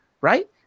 right